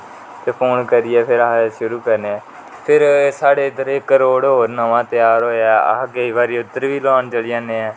ते फौन करियै फिर अस शुरु करने हा फिर साडे इधर इक रौड और ऐ नमां त्यार होया अस केंई बारी उदर बी दौड लान चली जने हां